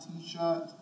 t-shirt